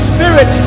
Spirit